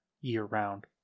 year-round